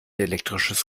elektrisches